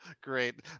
Great